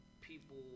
people